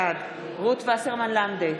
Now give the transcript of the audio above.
בעד רות וסרמן לנדה,